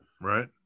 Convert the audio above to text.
Right